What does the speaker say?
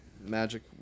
magic